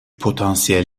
potansiyel